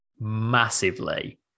massively